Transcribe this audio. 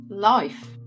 life